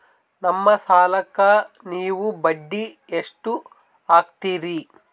ನಮ್ಮ ಸಾಲಕ್ಕ ನೀವು ಬಡ್ಡಿ ಎಷ್ಟು ಹಾಕ್ತಿರಿ?